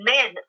Men